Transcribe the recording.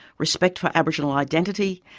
respect for aboriginal identity,